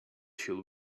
shall